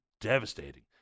devastating